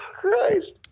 christ